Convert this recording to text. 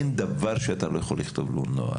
אין דבר שאתה לא יכול לכתוב לו נוהל.